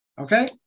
Okay